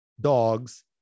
dog's